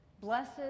Blessed